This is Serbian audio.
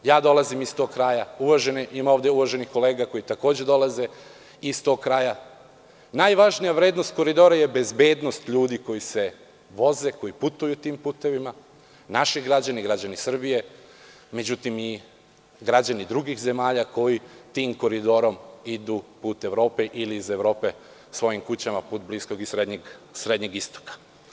Dolazim iz tog kraja, kao i uvažene kolege koje takođe dolaze iz tog kraja, najvažnija vrednost Koridora je bezbednost ljudi koji se voze, koji putuju tim putevima, naši građani, građani Srbije, međutim i građani drugih zemalja koji tim koridorom idu put Evrope ili iz Evrope svojim kućama, put Bliskog i Srednjeg Istoka.